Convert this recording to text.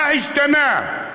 מה השתנה?